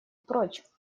прочь